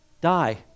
die